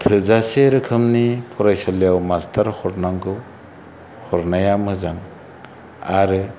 थोजासे रोखोमनि फरायसालियाव मास्टार हरनांगौ हरनाया मोजां आरो